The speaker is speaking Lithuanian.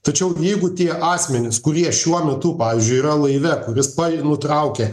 tačiau jeigu tie asmenys kurie šiuo metu pavyzdžiui yra laive kuris pa nutraukė